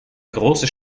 große